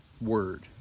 word